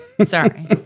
Sorry